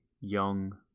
young